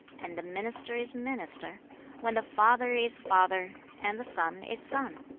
and the minister is minister when the father is father, and the son is son